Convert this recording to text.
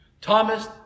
Thomas